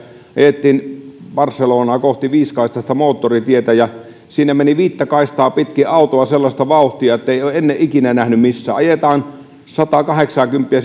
ajettiin barcelonaa kohti viisikaistaista moottoritietä ja siinä meni viittä kaistaa pitkin autoa sellaista vauhtia etten ole ennen ikinä nähnyt missään ajetaan sataakahdeksaakymppiä